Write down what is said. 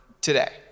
today